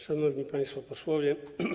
Szanowni Państwo Posłowie!